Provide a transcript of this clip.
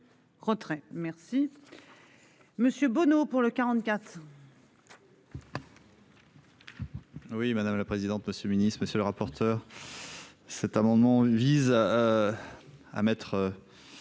merci. Monsieur Bono pour le 44.